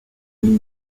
leeds